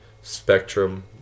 Spectrum